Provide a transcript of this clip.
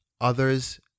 others